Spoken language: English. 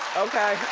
okay.